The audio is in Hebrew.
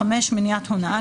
מניעת הונאה,